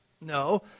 No